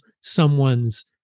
someone's